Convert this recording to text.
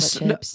no